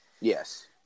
Yes